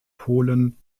polen